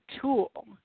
tool